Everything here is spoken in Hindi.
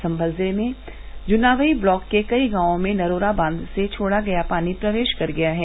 सम्भल जिले के जुनावयी ब्लॉक के कई गांवों में नरौरा बांध से छोड़ा गया पानी प्रवेष कर गया है